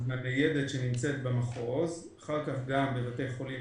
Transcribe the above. מהניידת שנמצאת במחוז, ואחר כך גם בבתי החולים.